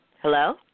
Hello